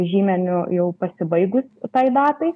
žymeniu jau pasibaigus tai datai